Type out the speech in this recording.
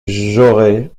j’aurai